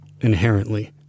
inherently